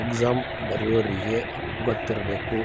exam ಬರ್ಯೋರಿಗಿ ಗೊತ್ತಿರ್ಬೇಕು